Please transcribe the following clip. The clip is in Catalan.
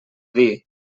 dir